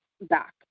back